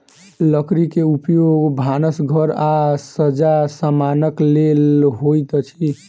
लकड़ी के उपयोग भानस घर आ सज्जा समानक लेल होइत अछि